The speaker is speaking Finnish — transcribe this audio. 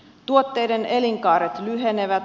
tuotteiden elinkaaret lyhenevät